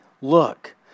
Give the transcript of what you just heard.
Look